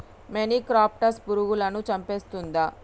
మొనిక్రప్టస్ పురుగులను చంపేస్తుందా?